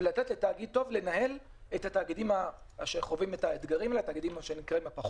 ולתת לתאגיד טוב לנהל את התאגידים הפחות טובים שחווים את האתגרים האלה,